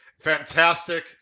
Fantastic